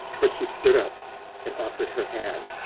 but she stood up and offered her hand.